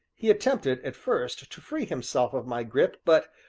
he attempted, at first, to free himself of my grip, but,